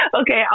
Okay